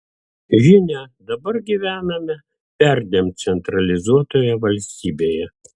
žinia dabar gyvename perdėm centralizuotoje valstybėje